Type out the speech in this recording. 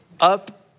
up